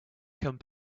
come